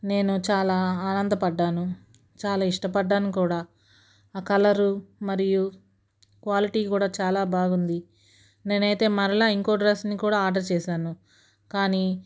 నేను చాలా ఆనందపడ్డాను చాలా ఇష్టపడ్డాను కూడా ఆ కలరు మరియు క్వాలిటీ కూడా చాలా బాగుంది నేనైతే మరల ఇంకో డ్రెస్ని కూడా ఆర్డర్ చేశాను కానీ